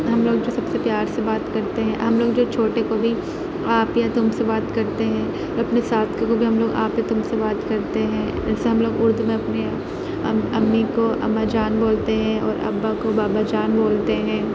ہم لوگ جو سب سے پیار سے بات کرتے ہیں ہم لوگ جو چھوٹے کو بھی آپ یا تم سے بات کرتے ہیں اور اپنے ساتھی کو بھی ہم لوگ آپ یا تم سے بات کرتے ہیں جیسے ہم لوگ اردو میں اپنے ام امی کو اما جان بولتے ہیں اور ابا کو بابا جان بولتے ہیں